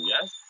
yes